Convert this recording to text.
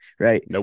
Right